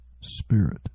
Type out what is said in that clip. Spirit